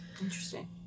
Interesting